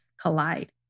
collide